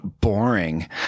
boring